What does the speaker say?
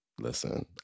listen